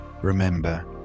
Remember